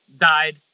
died